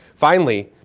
finally,